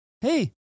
Hey